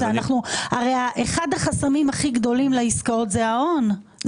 הרי אחד החסמים הכי גדולים לעסקאות זה ההון,